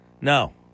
No